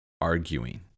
arguing